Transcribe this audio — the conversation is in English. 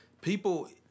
People